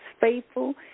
faithful